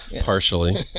partially